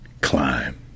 climb